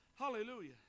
hallelujah